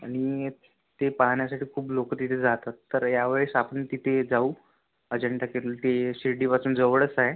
आणि ते पाहण्यासाठी खूप लोक तिथे जातात तर यावेळेस आपण तिथे जाऊ अजिंठा ते शिर्डी पासून जवळच आहे